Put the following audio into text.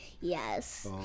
Yes